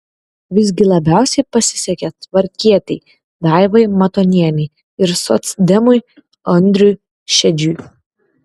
visgi labiausiai pasisekė tvarkietei daivai matonienei ir socdemui andriui šedžiui